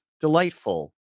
delightful